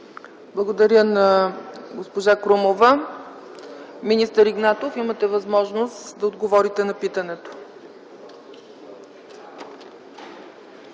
Благодаря на госпожа Крумова. Министър Игнатов, имате възможност да отговорите на питането.